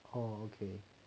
oh okay